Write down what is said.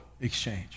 exchange